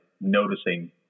noticing